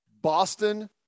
Boston